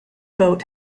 boat